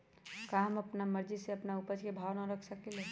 का हम अपना मर्जी से अपना उपज के भाव न रख सकींले?